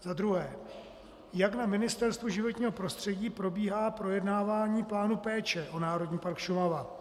Za druhé: Jak na Ministerstvu životního prostředí probíhá projednávání plánu péče o Národní park Šumava?